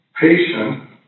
patient